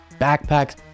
backpacks